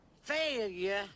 failure